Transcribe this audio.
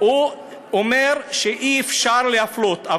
הוא אומר שאי-אפשר להפלות.